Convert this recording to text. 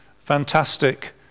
fantastic